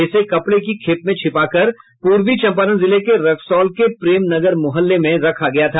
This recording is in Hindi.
इसे कपड़े की खेप में छिपाकर पूर्वी चंपारण जिले के रक्सौल के प्रेम नगर मुहल्ले में रखा गया था